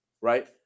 right